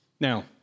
Now